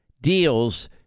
deals